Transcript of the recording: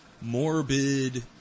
morbid